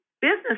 business